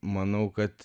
manau kad